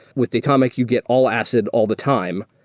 with datomic, you get all acid all the time.